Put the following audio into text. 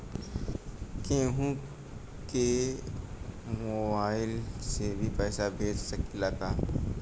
केहू के मोवाईल से भी पैसा भेज सकीला की ना?